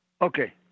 Okay